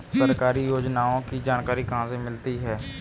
सरकारी योजनाओं की जानकारी कहाँ से मिलती है?